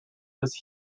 was